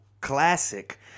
classic